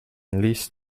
least